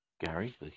Gary